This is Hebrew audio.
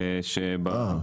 אה,